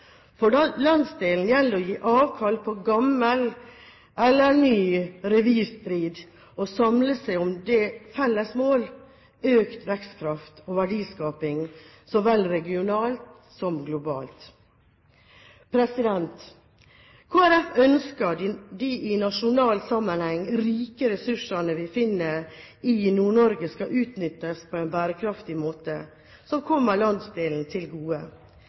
For landsdelen gjelder det å gi avkall på gammel eller ny revirstrid og samle seg om det felles mål: økt vekstkraft og verdiskaping, så vel regionalt som globalt. Kristelig Folkeparti ønsker at de i nasjonal sammenheng rike ressursene vi finner i Nord-Norge, skal utnyttes på en bærekraftig måte som kommer landsdelen til gode.